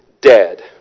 dead